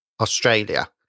Australia